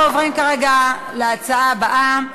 אנחנו עוברים כרגע להצעה הבאה: